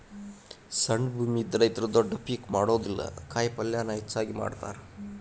ಸಣ್ಣ ಭೂಮಿ ಇದ್ದ ರೈತರು ದೊಡ್ಡ ಪೇಕ್ ಮಾಡುದಿಲ್ಲಾ ಕಾಯಪಲ್ಲೇನ ಹೆಚ್ಚಾಗಿ ಮಾಡತಾರ